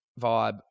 vibe